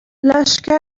لشکر